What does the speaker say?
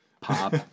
pop